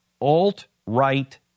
alt-right